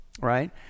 right